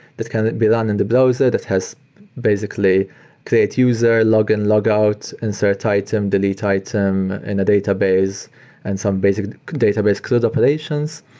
kind of it be run in the browser that has basically create user, log in, log out, insert item, delete item in a database and some basic database crud operations.